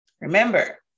Remember